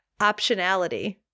optionality